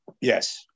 Yes